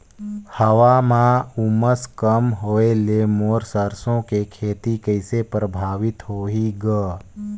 हवा म उमस कम होए ले मोर सरसो के खेती कइसे प्रभावित होही ग?